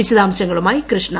വിശദാംശങ്ങളുമായി കൃഷ്ണ